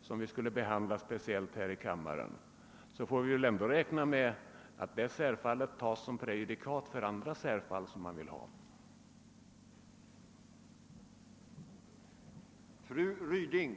som vi skall behandla speciellt. Men vi måste ändå räkna med att beslutet i detta särfall kommer att utgöra ett prejudikat för andra som man vill betrakta som särfall.